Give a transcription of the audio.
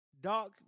doc